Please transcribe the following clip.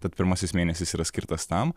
tad pirmasis mėnesis yra skirtas tam